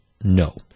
No